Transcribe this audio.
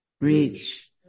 reach